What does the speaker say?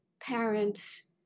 parents